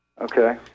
Okay